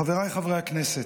חבריי חברי הכנסת,